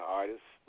artists